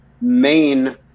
main